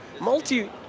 multi